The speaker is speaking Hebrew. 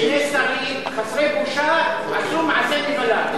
שני שרים חסרי בושה עשו מעשה נבלה.